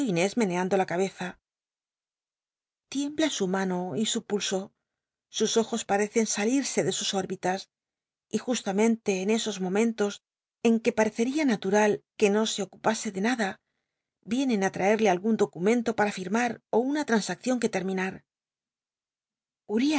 inés meneando la cabeza l iembla su mano y su pulso sus ojos parecen salirsc de sus órbitas y justamente en esos momentos en que parecería natmal que no se ocupase de nada vienen á trael'le algun documento para firmar ó una transaccion que lerminar